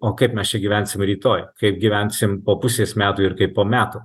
o kaip mes čia gyvensim rytoj kaip gyvensim po pusės metų ir kaip po metų